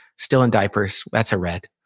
still in diapers. that's a red.